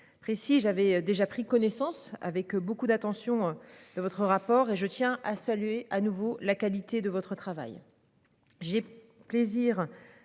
Précis, j'avais déjà pris connaissance avec beaucoup d'attention de votre rapport, et je tiens à saluer à nouveau la qualité de votre travail. J'ai plaisir